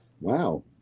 Wow